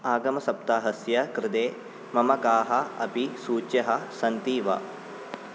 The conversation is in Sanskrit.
आगमसप्ताहस्य कृते मम काः अपि सूच्यः सन्ति वा